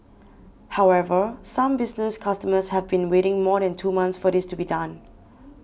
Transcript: however some business customers have been waiting more than two months for this to be done